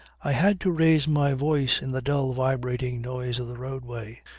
i had to raise my voice in the dull vibrating noise of the roadway.